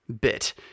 bit